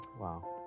Wow